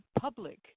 public